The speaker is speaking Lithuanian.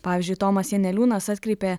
pavyzdžiui tomas janeliūnas atkreipė